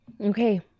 okay